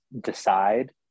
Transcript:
decide